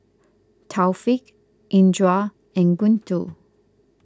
Taufik Indra and Guntur